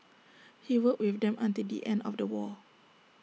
he worked with them until the end of the war